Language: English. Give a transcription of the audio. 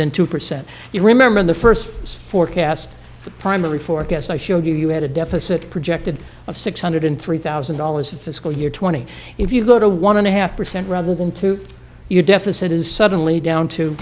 than two percent you remember in the first forecast the primary forecast i showed you you had a deficit projected of six hundred three thousand dollars in fiscal year twenty if you go to one and a half percent rather than to your deficit is suddenly down to